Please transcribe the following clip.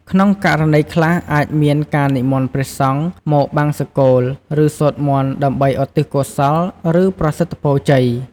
ក្នុងករណីខ្លះ អាចមានការនិមន្តព្រះសង្ឃមកបង្សុកូល ឬសូត្រមន្តដើម្បីឧទ្ទិសកុសល ឬប្រសិទ្ធពរជ័យ។